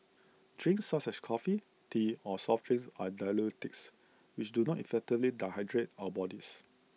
drinks such as coffee tea or soft drinks are diuretics which do not effectively die hydrate our bodies